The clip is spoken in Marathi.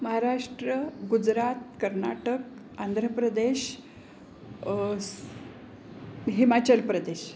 महाराष्ट्र गुजरात कर्नाटक आंध्र प्रदेश हिमाचल प्रदेश